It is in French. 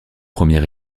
premier